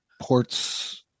Ports